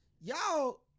y'all